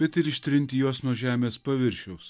bet ir ištrinti juos nuo žemės paviršiaus